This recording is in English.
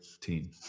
team